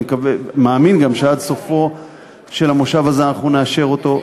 ואני מאמין גם שעד סופו של המושב הזה אנחנו נאשר אותה,